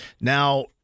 Now